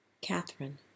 Catherine